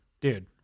Dude